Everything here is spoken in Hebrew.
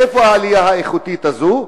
מאיפה העלייה האיכותית הזאת?